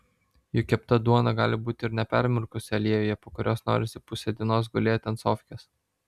juk kepta duona gali būti ir nepermirkusi aliejuje po kurios norisi pusę dienos gulėti ant sofkės